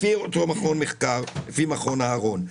לפי מכון אהרון.